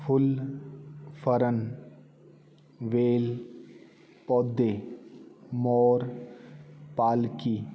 ਫੁੱਲ fern ਵੇਲ ਪੌਦੇ ਮੋਰ ਪਾਲਕੀ